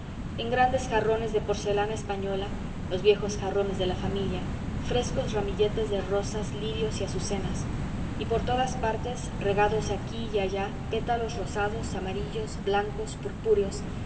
en grandes jarrones de porcelana española los viejos jarrones de la familia frescos ramilletes de rosas lirios y azucenas y por todas partes regados aquí y allá pétalos rosados amarillos blancos